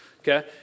Okay